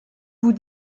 vous